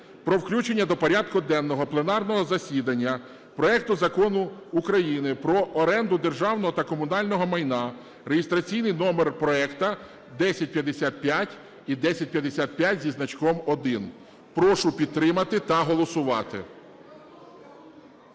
про включення до порядку денного пленарного засідання проект Закону України про оренду державного та комунального майна (реєстраційний номер проекту 1055 і 1055 зі значком 1). Прошу підтримати та голосувати.